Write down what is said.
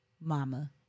mama